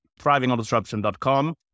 Thrivingondisruption.com